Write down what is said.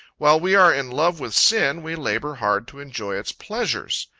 while we are in love with sin, we labor hard to enjoy its pleasures.